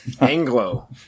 Anglo